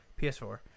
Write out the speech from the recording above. PS4